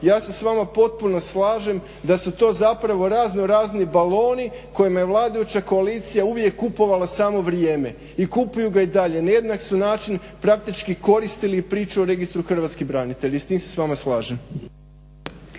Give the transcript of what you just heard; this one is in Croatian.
ja se s vama potpuno slažem da su to zapravo raznorazni baloni kojima je vladajuća koalicija uvijek kupovala samo vrijeme i kupuju ga i dalje. Na jednak su način praktički koristili priču o registru hrvatskih branitelja i s tim se s vama slažem.